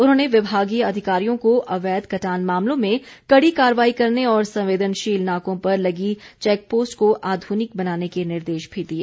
उन्होंने विभागीय अधिकारियों को अवैध कटान मामलों में कड़ी कार्रवाई करने और संवेदनशील नाकों पर लगी चैक पोस्ट को आधुनिक बनाने के निर्देश भी दिए